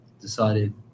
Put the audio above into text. decided